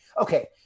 okay